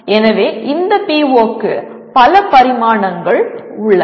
எனவே இந்த PO க்கு பல பரிமாணங்கள் உள்ளன